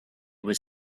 was